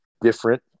different